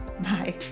Bye